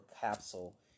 capsule